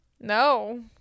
No